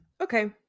Okay